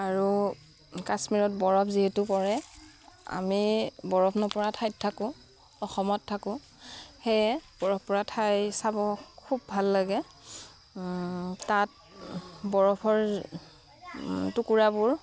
আৰু কাশ্মীৰত বৰফ যিহেতু পৰে আমি বৰফ নপৰা ঠাইত থাকোঁ অসমত থাকোঁ সেয়ে বৰফ পৰা ঠাই চাব খুব ভাল লাগে তাত বৰফৰ টুকুৰাবোৰ